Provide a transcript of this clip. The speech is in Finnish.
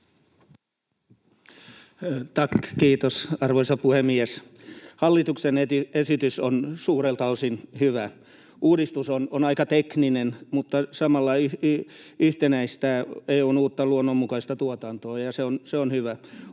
kiitos, arvoisa puhemies! Hallituksen esitys on suurelta osin hyvä. Uudistus on aika tekninen, mutta samalla yhtenäistää EU:n uutta luonnonmukaista tuotantoa, ja se on hyvä.